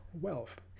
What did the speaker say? wealth